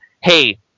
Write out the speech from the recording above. hey